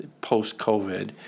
post-COVID